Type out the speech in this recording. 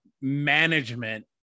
management